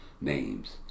names